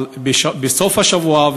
בסוף השבוע,